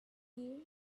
here